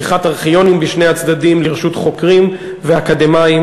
פתיחת ארכיונים בשני הצדדים לרשות חוקרים ואקדמאים,